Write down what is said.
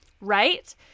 Right